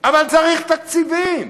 אבל צריך תקציבים.